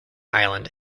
island